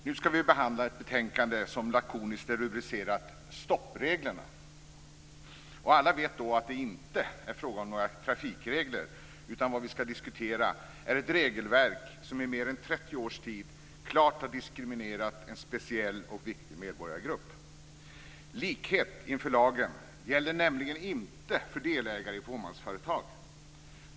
Fru talman! Nu ska vi behandla ett betänkande som lakoniskt är rubricerat Slopade stoppregler. Alla vet då att det inte är fråga om några trafikregler, utan det vi ska diskutera är ett regelverk som i mer än 30 års tid klart har diskriminerat en speciell och viktig medborgargrupp. Likhet inför lagen gäller nämligen inte för delägare i fåmansföretag.